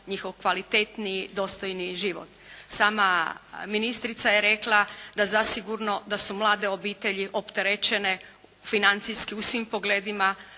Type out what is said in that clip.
njihov kvalitetniji dostojniji život. Sama ministrica je rekla da zasigurno da su mlade obitelji opterećene financijski u svim pogledima